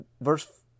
verse